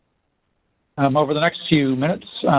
um over the next few minutes,